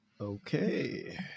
okay